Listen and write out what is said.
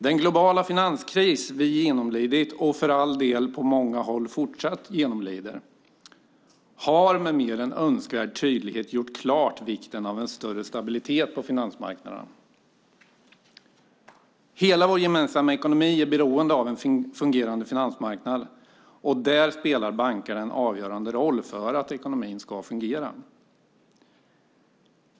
Den globala finanskris som vi har genomlidit och för all del på många håll fortsatt genomlider har med mer än önskvärd tydlighet gjort klart vikten av en större stabilitet på finansmarknaderna. Hela vår gemensamma ekonomi är beroende av en fungerande finansmarknad, och där spelar bankerna en avgörande roll för att ekonomin ska fungera.